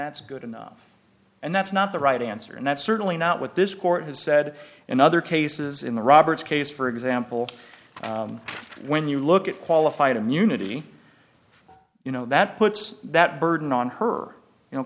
that's good enough and that's not the right answer and that's certainly not what this court has said in other cases in the roberts case for example when you look at qualified immunity you know that puts that burden on her you know